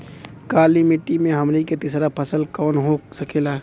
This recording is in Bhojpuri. काली मिट्टी में हमनी के तीसरा फसल कवन हो सकेला?